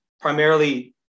primarily